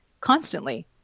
constantly